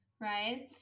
right